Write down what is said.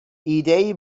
ایدهای